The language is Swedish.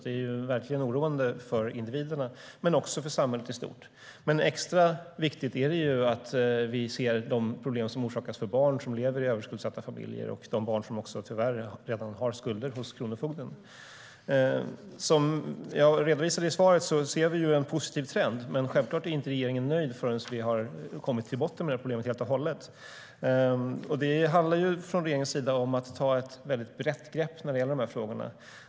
Det är verkligen oroande för individerna men också för samhället i stort. Som jag redovisade i svaret ser vi en positiv trend. Men självklart är regeringen inte nöjd förrän vi har kommit till botten med problemet helt och hållet. Från regeringens sida handlar det om att ta ett brett grepp när det gäller de här frågorna.